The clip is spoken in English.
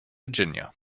virginia